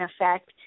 effect